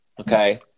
Okay